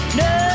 no